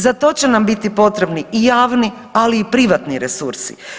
Za to će nam biti potrebni i javni, ali i privatni resursi.